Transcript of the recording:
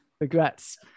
Regrets